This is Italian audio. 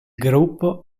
gruppo